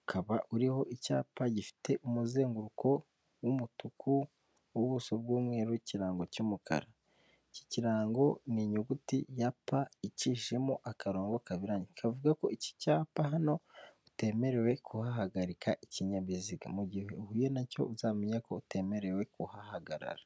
ukaba uriho icyapa gifite umuzenguruko w'umutuku, ubuso bw'umweru, ikirango cy'umukara. Iki kirango ni inyuguti ya pa icishemo akarongo kaberamye. Kavuga ko iki cyapa hano utemerewe kuhahagarika ikinyabiziga. Mu gihe uhuye nacyo uzamenya ko utemerewe kuhahagarara.